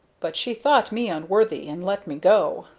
but she thought me unworthy and let me go.